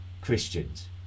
Christians